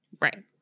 Right